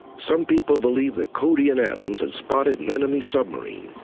some people believe that cody and adams had spotted an enemy submarine.